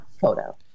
photo